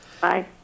Bye